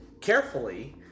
carefully